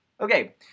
Okay